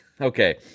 okay